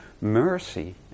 mercy